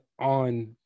on